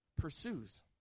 pursues